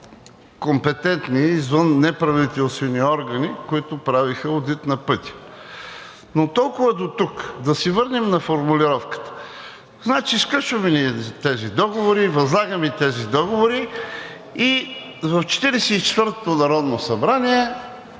компетентни и извън неправителствени органи, които правиха одит на пътя. Но толкова дотук. Да се върнем на формулировката. Значи сключваме ние тези договори, възлагаме тези договори и в Четиридесет и